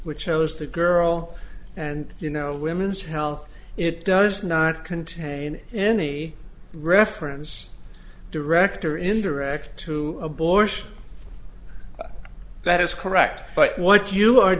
which shows the girl and you know women's health it does not contain any reference direct or indirect to abortion that is correct but what you are